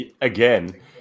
again